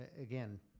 Again